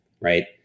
right